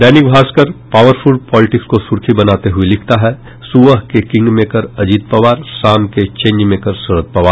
दैनिक Bhaskar powerful politics को सुर्खी बनाते हुये लिखता है सुबह के किंगमेकर अजित पवार शाम के चेंजमेकर शरद पवार